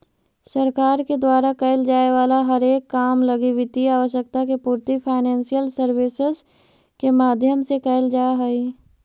सरकार के द्वारा कैल जाए वाला हरेक काम लगी वित्तीय आवश्यकता के पूर्ति फाइनेंशियल सर्विसेज के माध्यम से कैल जा हई